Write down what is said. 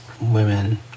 women